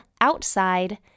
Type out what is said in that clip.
outside